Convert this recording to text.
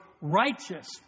righteous